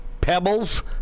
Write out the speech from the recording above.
Pebbles